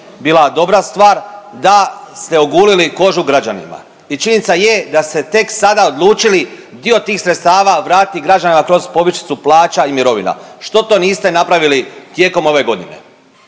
bila dobra stvar, da ste ogulili kožu građanima i činjenica je da ste tek sada odlučili dio tih sredstava vratiti građanima kroz povišicu plaća i mirovina. Što to niste napravili tijekom ove godine?